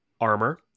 Armor